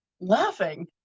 laughing